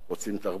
רוצים תרבות,